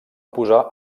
posar